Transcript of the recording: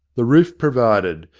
the roof provided,